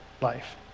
life